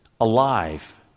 alive